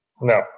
No